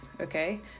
okay